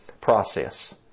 process